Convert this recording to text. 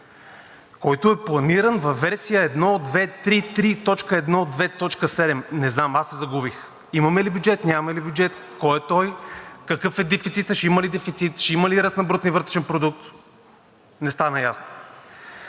който е планиран във версия 1,2,3,3,3.1.2.7 , не знам, аз се загубих?! Имаме ли бюджет, нямаме ли бюджет? Кой е той? Какъв е дефицитът? Ще има ли дефицит? Ще има ли ръст на брутния вътрешен продукт? Не стана ясно.